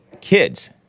kids